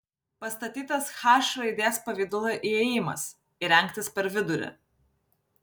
pastatytas h raidės pavidalo įėjimas įrengtas per vidurį